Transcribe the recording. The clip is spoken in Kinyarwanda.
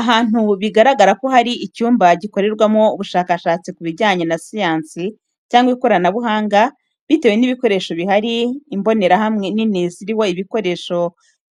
Ahantu bigaragara ko ari icyumba gikorerwamo ubushakashatsi ku bijyanye na siyansi cyangwa ikoranabuhanga bitewe n’ibikoresho bihari Imbonerahamwe nini ziriho ibikoresho